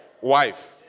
Wife